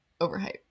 overhyped